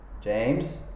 James